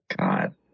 God